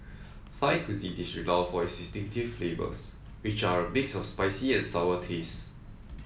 Thai cuisine is renowned for its distinctive flavors which are a mix of spicy and sour taste